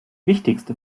wichtigste